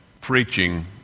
preaching